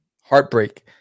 heartbreak